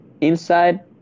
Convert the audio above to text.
inside